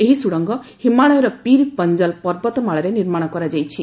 ଏହି ସୁଡ଼ଙ୍ଗ ହିମାଳୟର ପିର୍ ପଞ୍ଜାଲ ପର୍ବତ ମାଳାରେ ନିର୍ମାଣ କରାଯାଇଛି